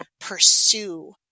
pursue